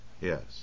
Yes